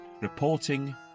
reporting